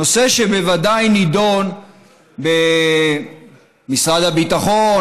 נושא שבוודאי נדון במשרד הביטחון,